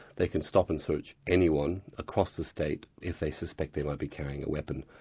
they can stop and search anyone across the state if they suspect they might be carrying a weapon.